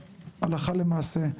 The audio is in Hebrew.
הלכה למעשה.